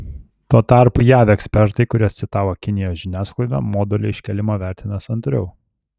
tuo tarpu jav ekspertai kuriuos citavo kinijos žiniasklaida modulio iškėlimą vertino santūriau